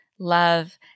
love